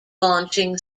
launching